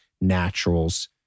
naturals